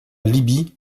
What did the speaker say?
libye